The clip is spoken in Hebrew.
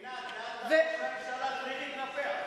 עינת, לאט, לאט, ראש הממשלה מתחיל להתנפח.